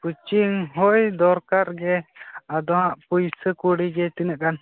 coaching ᱦᱳᱭ ᱫᱚᱨᱠᱟᱨ ᱜᱮ ᱟᱫᱚ ᱦᱟᱸᱜ ᱯᱩᱭᱥᱟᱹ ᱠᱩᱲᱤᱜᱮ ᱛᱤᱱᱟᱹᱜ ᱜᱟᱱ